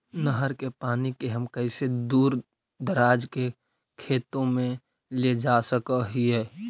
नहर के पानी के हम कैसे दुर दराज के खेतों में ले जा सक हिय?